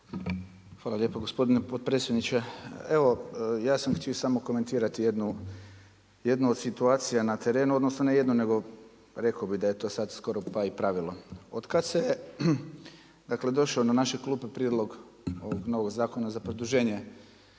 Hvala lijepo gospodine potpredsjedniče. Evo ja sam htio samo komentirati jednu od situacija na terenu, odnosno ne jednu nego rekao bih da je to sad skoro pa i pravilo. Od kad se dakle došao na naše klupe prijedlog ovog novog zakona za produženje